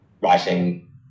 writing